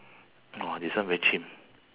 !wah! this one very chim